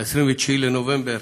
29 בנובמבר.